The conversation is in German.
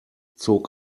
zog